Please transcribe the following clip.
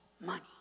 money